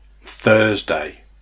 Thursday